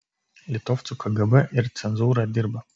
litovcų kgb ir cenzūra dirba